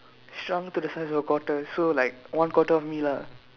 shrunk to the size of a quarter so like one quarter of me lah